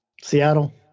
Seattle